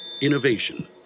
Innovation